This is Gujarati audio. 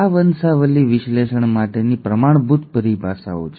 આ વંશાવલિ વિશ્લેષણ માટેની પ્રમાણભૂત પરિભાષાઓ છે